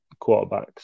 quarterbacks